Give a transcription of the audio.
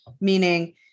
meaning